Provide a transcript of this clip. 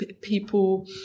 people